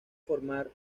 formar